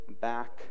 back